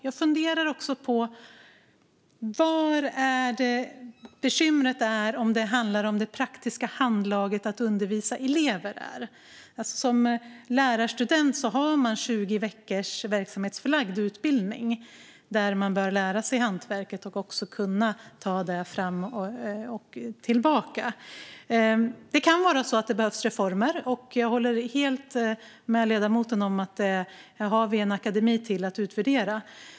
Jag funderar också på om bekymret handlar om det praktiska handlaget att undervisa elever. Som lärarstudent har man 20 veckors verksamhetsförlagd utbildning då man bör lära sig hantverket. Det kan vara så att det behövs reformer. Och jag håller helt med ledamoten om att vi har en akademi att utvärdera det.